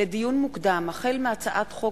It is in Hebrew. לדיון מוקדם: החל בהצעת חוק